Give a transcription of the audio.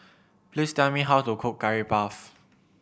please tell me how to cook Curry Puff